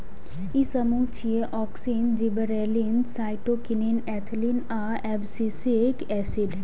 ई समूह छियै, auxin, gibberellin, cytokinin, ethylene आ एब्सिसिक एसिड